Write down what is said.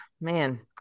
Man